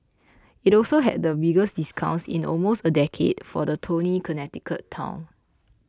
it also had the biggest discounts in almost a decade for the Tony Connecticut town